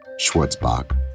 Schwartzbach